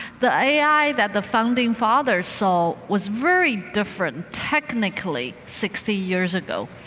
the ai that the founding fathers saw was very different technically sixty years ago.